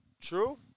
True